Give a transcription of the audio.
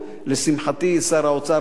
לשמחתי שר האוצר,